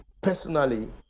personally